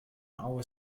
our